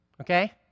Okay